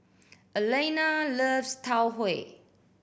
Elaina loves Tau Huay